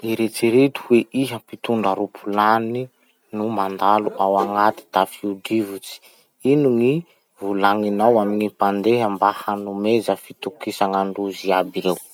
Eritsereto hoe iha mpitondra roplany no mandalo ao agnaty tafio-drivitsy. Ino gny volagninao amin'ny mpandeha mba hanomeza fitokisana androzy iaby reo.